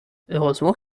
heureusement